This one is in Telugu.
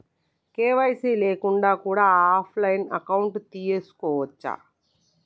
కే.వై.సీ లేకుండా కూడా ఆఫ్ లైన్ అకౌంట్ తీసుకోవచ్చా?